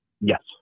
yes